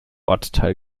ortsteil